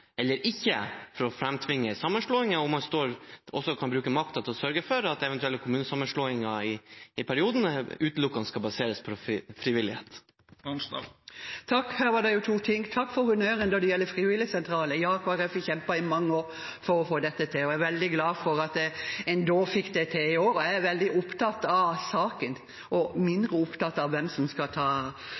å sørge for at eventuelle kommunesammenslåinger i perioden utelukkende skal baseres på frivillighet? Her var det to ting. Takk for honnøren når det gjelder frivilligsentraler. Ja, Kristelig Folkeparti har kjempet i mange år for å få dette til, og jeg er veldig glad for at en fikk det til i år. Jeg er veldig opptatt av saken og mindre opptatt av hvem som skal ta